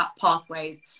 pathways